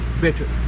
better